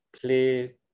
play